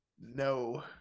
No